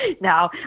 No